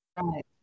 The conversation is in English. Right